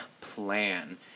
plan